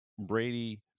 Brady